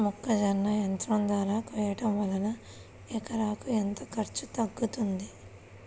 మొక్కజొన్న యంత్రం ద్వారా కోయటం వలన ఎకరాకు ఎంత ఖర్చు తగ్గుతుంది?